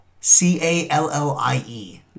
C-A-L-L-I-E